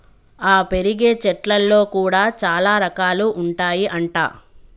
ఆ పెరిగే చెట్లల్లో కూడా చాల రకాలు ఉంటాయి అంట